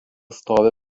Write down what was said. stovi